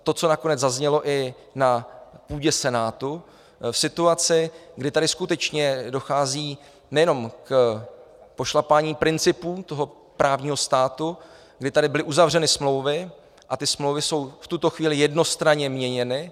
To, co nakonec zaznělo i na půdě Senátu v situaci, kdy tady skutečně dochází nejenom k pošlapání principů právního státu, kdy tady byly uzavřeny smlouvy a ty smlouvy jsou v tuto chvíli jednostranně měněny.